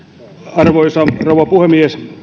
arvoisa rouva puhemies